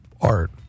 art